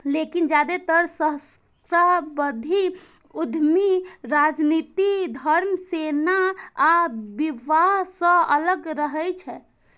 लेकिन जादेतर सहस्राब्दी उद्यमी राजनीति, धर्म, सेना आ विवाह सं अलग रहै छै